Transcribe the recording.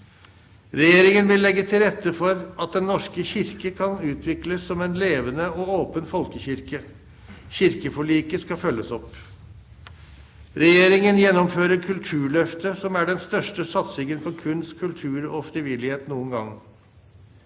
Regjeringen vil legge til rette for at Den norske kirke kan utvikles som en levende og åpen folkekirke. Kirkeforliket skal følges opp. Regjeringen gjennomfører Kulturløftet som er den største satsingen på kunst, kultur og frivillighet noen gang.